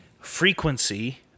frequency